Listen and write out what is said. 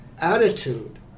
attitude